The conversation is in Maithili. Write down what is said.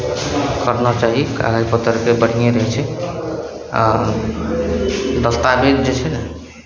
पढ़ना चाही कागज पत्तरके बढ़िएँ रहै छै आ दस्तावेज जे छै ने